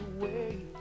away